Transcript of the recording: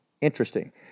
Interesting